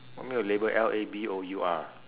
what you mean by labour L A B O U R